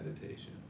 meditation